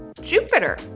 Jupiter